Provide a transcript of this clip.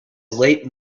late